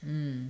mm